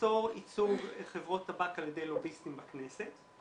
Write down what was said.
לאסור ייצוג חברות טבק על ידי לוביסטים בכנסת,